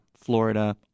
Florida